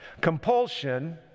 compulsion